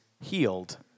healed